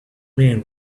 man